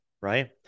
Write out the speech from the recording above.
right